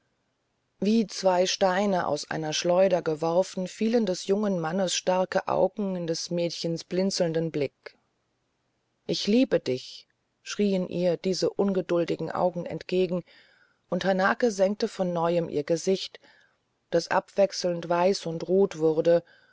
wie zwei steine aus einer schleuder geworfen fielen des jungen mannes starke augen in des mädchens blinzelnden blick ich liebe dich schrien ihr diese ungeduldigen augen entgegen und hanake senkte von neuem ihr gesicht das abwechselnd weiß und rot wurde